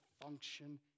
function